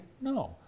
No